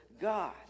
god